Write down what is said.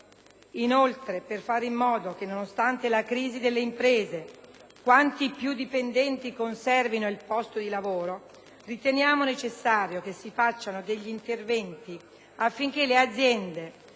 Inoltre, per fare in modo che, nonostante la crisi delle imprese, quanti più dipendenti conservino il posto di lavoro, riteniamo necessario che si facciano degli interventi affinché le aziende,